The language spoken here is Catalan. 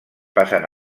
passen